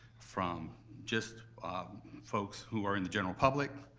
from just folks who are in the general public,